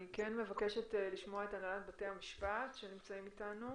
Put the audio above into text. אני מבקשת לשמוע את הנהלת בתי המשפט אחרי